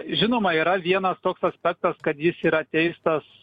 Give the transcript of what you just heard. žinoma yra vienas toks aspektas kad jis yra teistas